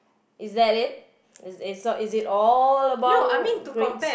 is that it is is is it all about grades